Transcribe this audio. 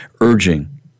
urging